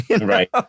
Right